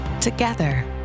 Together